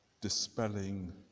dispelling